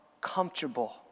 comfortable